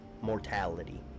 mortality